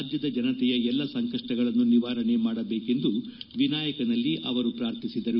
ರಾಜ್ಯದ ಜನತೆಯ ಎಲ್ಲಾ ಸಂಕಪ್ಪಗಳನ್ನು ನಿವಾರಣೆ ಮಾಡಬೇಕೆಂದು ವಿನಾಯಕನಲ್ಲಿ ಪ್ರಾರ್ಥಿಸಿದರು